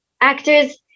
actors